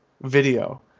video